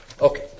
Okay